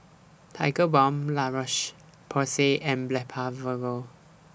Tigerbalm La Roche Porsay and Blephagel